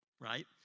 right